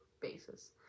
basis